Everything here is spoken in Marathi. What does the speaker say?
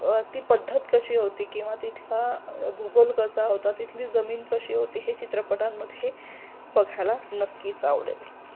ती पद्धत कशी होती किंवा तिथला भूगोल कसा होता तिथली जमीन कशी होती हे चित्रपटांमध्येे बघायला नक्कीच आवडेल